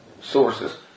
sources